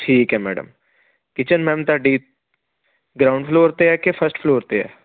ਠੀਕ ਹੈ madam kitchen ma'am ਤੁਹਾਡੀ ਗਰਾਊਂਡ ਫਲੋਰ 'ਤੇ ਹੈ ਕਿ ਫਸਟ ਫਲੋਰ 'ਤੇ ਹੈ